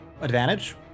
advantage